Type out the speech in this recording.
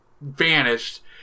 vanished